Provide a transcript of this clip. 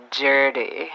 dirty